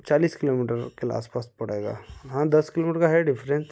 चालिस किलोमीटर के आसपास पड़ेगा हाँ दस किलोमीटर का है डिफरेंस